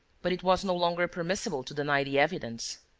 but it was no longer permissible to deny the evidence.